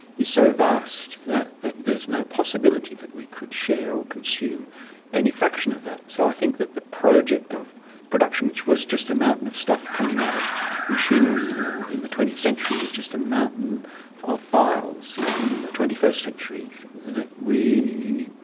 is so vast that that there is no possibility that we could share or consume any fraction of that. so i think that the project of production, which was just a mountain of stuff coming out of machinery you know in the twentieth century, is just a mountain of files in the twenty first century that we.